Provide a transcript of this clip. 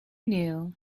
knew